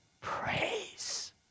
praise